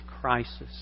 crisis